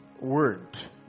word